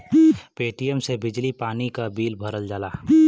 Paytm से बिजली पानी क बिल भरल जाला